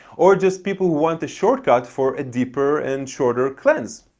or just people want a shortcut for a deeper and shorter cleanse.